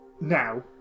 now